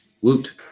woot